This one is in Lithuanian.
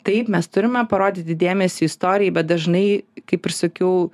taip mes turime parodyti dėmesį istorijai bet dažnai kaip ir sakiau